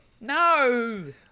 No